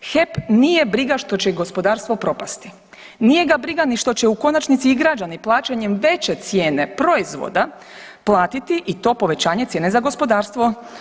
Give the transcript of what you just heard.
HEP nije briga što će gospodarstvo propasti, nije ga briga ni što će u konačnici i građani plaćanjem veće cijene proizvoda platiti i to povećanje cijene za gospodarstvo.